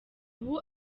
ubu